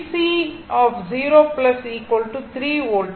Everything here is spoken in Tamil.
3 வோல்ட்